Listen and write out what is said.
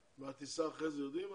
והטיסה אחרי זה יודעים מתי?